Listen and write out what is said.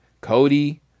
Cody